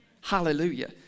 Hallelujah